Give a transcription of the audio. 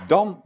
Dan